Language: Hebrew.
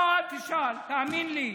לא, אל תשאל, תאמין לי.